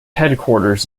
headquarters